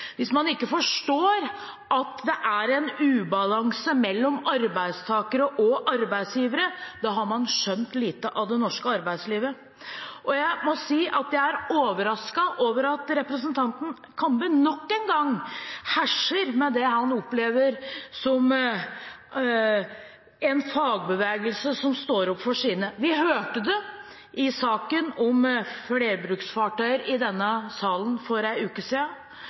Jeg må si at jeg er overrasket over at representanten Kambe nok en gang herser med det han opplever som en fagbevegelse som står opp for sine. Vi hørte det i saken om flerbruksfartøyer i denne salen for en uke